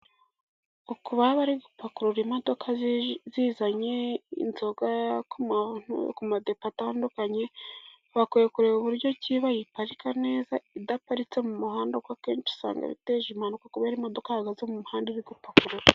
Uku baba bari gupakurura imodoka zizanye inzoga ku madepo atandukanye, bakwiye kureba uburyo ki bayiparika neza, idaparitse mu muhanda kuko akenshi usanga ibi biteje impanuka kubera imodoka yahagaze mu muhanda.